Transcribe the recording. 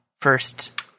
first